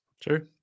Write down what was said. Sure